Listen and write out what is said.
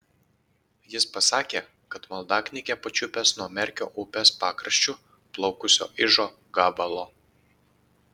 jis pasakė kad maldaknygę pačiupęs nuo merkio upės pakraščiu plaukusio ižo gabalo